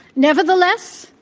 nevertheless,